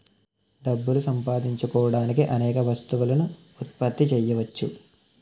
డబ్బులు సంపాదించడానికి అనేక వస్తువులను ఉత్పత్తి చేయవచ్చు